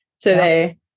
today